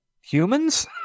humans